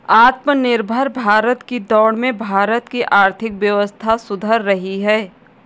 आत्मनिर्भर भारत की दौड़ में भारत की आर्थिक व्यवस्था सुधर रही है